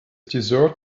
dessert